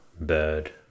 Bird